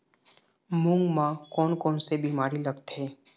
मूंग म कोन कोन से बीमारी लगथे?